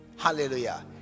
hallelujah